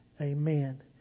amen